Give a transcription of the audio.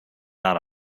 not